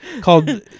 Called